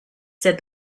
said